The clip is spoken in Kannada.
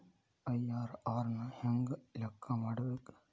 ಐ.ಆರ್.ಆರ್ ನ ಹೆಂಗ ಲೆಕ್ಕ ಮಾಡಬೇಕ?